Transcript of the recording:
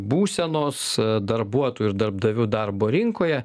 būsenos darbuotojų ir darbdavių darbo rinkoje